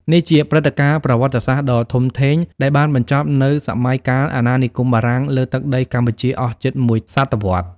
នេះជាព្រឹត្តិការណ៍ប្រវត្តិសាស្ត្រដ៏ធំធេងដែលបានបញ្ចប់នូវសម័យកាលអាណានិគមបារាំងលើទឹកដីកម្ពុជាអស់ជិតមួយសតវត្សរ៍។